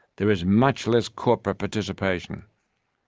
there is much less corporate participation.